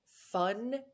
fun